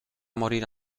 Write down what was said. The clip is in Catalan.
morir